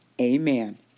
Amen